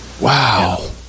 Wow